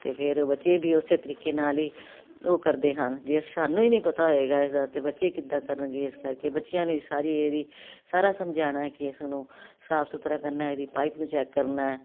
ਅਤੇ ਫਿਰ ਬੱਚੇ ਵੀ ਉਸੇ ਤਰੀਕੇ ਨਾਲ ਹੀ ਉਹ ਕਰਦੇ ਹਨ ਜੇ ਸਾਨੂੰ ਹੀ ਨਹੀਂ ਪਤਾ ਹੋਏਗਾ ਤਾਂ ਬੱਚੇ ਕਿੱਦਾਂ ਕਰਨਗੇ ਇਸ ਕਰਕੇ ਬੱਚਿਆਂ ਨੂੰ ਸਾਰੀ ਇਹਦੀ ਸਾਰਾ ਸਮਝਾਉਣਾ ਕਿ ਇਸ ਨੂੰ ਸਾਫ ਸੁਥਰਾ ਕਰਨਾ ਇਹਦੀ ਪਾਈਪ ਨੂੰ ਚੈੱਕ ਕਰਨਾ